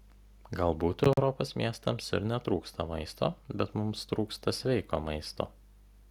galbūt europos miestams ir netrūksta maisto bet mums trūksta sveiko maisto